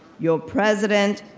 your president,